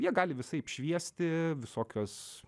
jie gali visaip šviesti visokios